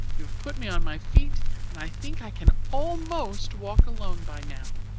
you have put me on my feet and i think i can almost walk alone by now.